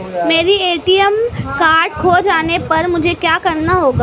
मेरा ATM card खो जाने पर मुझे क्या करना होगा?